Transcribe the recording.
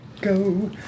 go